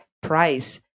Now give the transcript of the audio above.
price